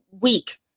week